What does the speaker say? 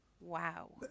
Wow